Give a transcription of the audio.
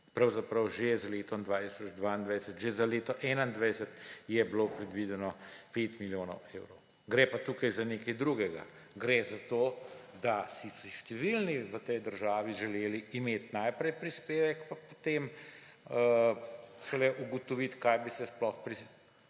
Pravzaprav že z letom 2022, že za leto 2021 je bilo predvideno 5 milijonov evrov. Gre pa tukaj za nekaj drugega. Gre za to, da so si številni v tej državi želeli imeti najprej prispevek, pa šele potem ugotoviti, kaj bi se sploh s